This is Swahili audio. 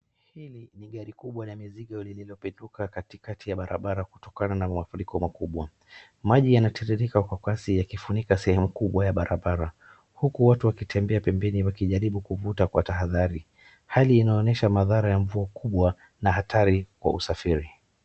Hili ni gari kubwa la mizigo lililopinduka katikati ya barabara kutokana na mafuriko makubwa. Maji yanatiririka kwa kasi yakifunika sehemu kubw ya barabara, huku watu wakitembea pembeni wakijaribu kuvuta kwa kutahadhari. Hali inaonyesha madhara ya mvua kubwa na hatari kwa usafiri.